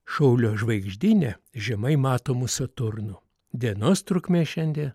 šaulio žvaigždyne žemai matomus saturno dienos trukmė šiandien